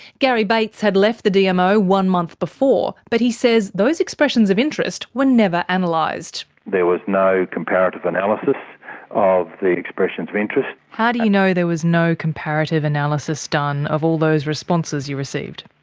garry bates had left the dmo one month before, but he says those expressions of interest were never and analysed. there was no comparative analysis of the expressions of interest. how do you know there was no comparative analysis done of all those responses you received?